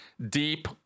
deep